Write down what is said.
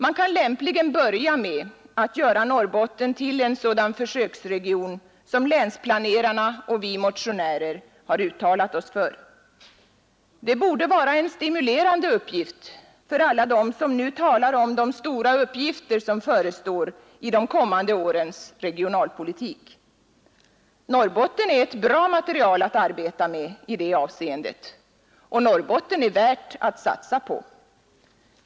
Man kan lämpligen börja med att göra Norrbotten till en sådan försöksregion som länsplanerarna och vi motionärer uttalat oss för. Det borde vara ett stimulerande uppdrag för alla dem som nu talar om de stora uppgifter som förestår i de kommande årens regionalpolitik. Norrbotten är ett bra material att arbeta med i det avseendet, och Norrbotten är värt att satsa på.